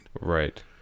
Right